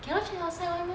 cannot check outside [one] meh